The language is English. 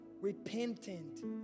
repentant